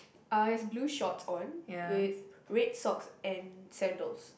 uh he has blue shorts on with red socks and sandals